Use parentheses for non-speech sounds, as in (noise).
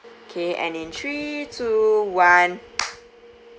okay and in three two one (noise)